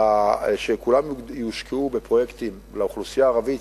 שכולם יושקעו בפרויקטים לאוכלוסייה הערבית,